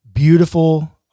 Beautiful